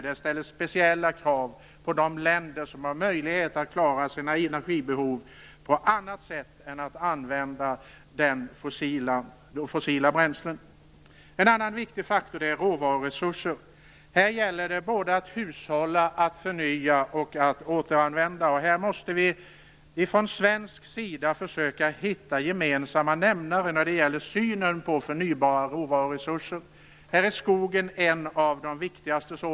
Det ställer speciella krav på de länder som har möjlighet att klara sina energibehov på annat sätt än genom att använda fossila bränslen. En annan viktig faktor är råvaruresurserna. Här gäller det både att hushålla, att förnya och att återanvända. Här måste vi från svensk sida försöka hitta gemensamma nämnare när det gäller synen på förnybara råvaruresurser. Skogen är en av de viktigaste.